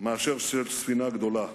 מלשנות כיוון של ספינה גדולה.